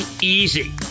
easy